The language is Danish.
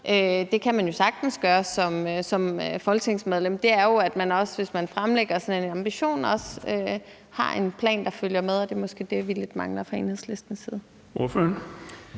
det kan man jo sagtens gøre som folketingsmedlem – er jo, at man, hvis man fremlægger sådan en ambition, også har en plan, der følger med. Det er måske det, vi lidt mangler fra Enhedslistens side.